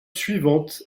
suivante